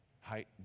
Height